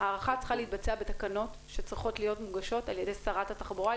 שצריכות להיות מוגשות על-ידי שרת התחבורה,